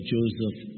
Joseph